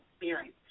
experience